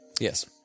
Yes